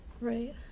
Right